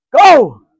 go